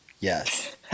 Yes